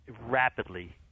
rapidly